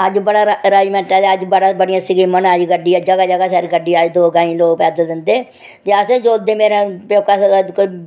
ते अज्ज बड़ा अरेंज़मैंट ऐ ते बड़ियां स्कीमां न आई दी गड्डी अज्जकल जगह जगह सिर आई दी गड्डी ते दौं गैंही लोक पैदल जंदे ते भी अस जुल्लदे मेरे प्योकै